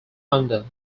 under